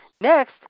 Next